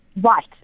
right